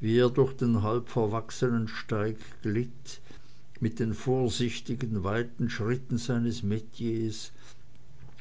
wie er durch den halbverwachsenen steig glitt mit den vorsichtigen weiten schritten seines metiers